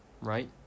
right